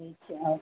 beach ആ